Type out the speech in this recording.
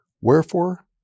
Wherefore